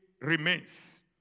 remains